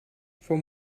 vom